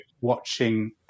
watching